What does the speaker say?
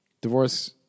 Divorce